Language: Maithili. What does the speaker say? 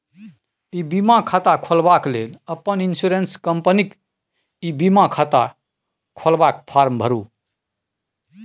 इ बीमा खाता खोलबाक लेल अपन इन्स्योरेन्स कंपनीक ई बीमा खाता खोलबाक फार्म भरु